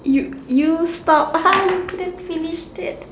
you you stop you didn't finished it